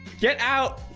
get out